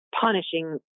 punishing